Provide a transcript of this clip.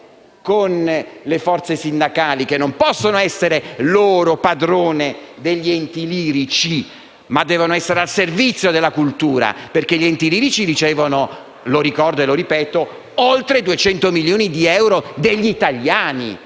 con le forze sindacali, che non possono essere, loro, padrone degli enti lirici, ma devono essere al servizio della cultura. Gli enti lirici, infatti, ricevono - lo ricordo - oltre 200 milioni di euro degli italiani,